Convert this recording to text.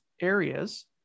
areas